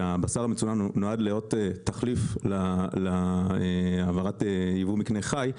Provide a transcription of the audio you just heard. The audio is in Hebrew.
שהבשר המצונן נועד להיות תחליף להעברת יבוא מקנה חי,